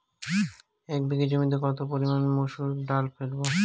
এক বিঘে জমিতে কত পরিমান মুসুর ডাল ফেলবো?